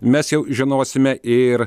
mes jau žinosime ir